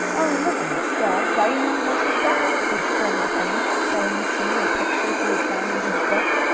oh, look at this dog, riding on a horse's back! exclaimed bunny, showing sue a picture he had found in his book.